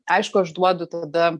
aišku aš duodu tada